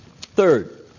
Third